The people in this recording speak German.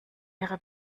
ihre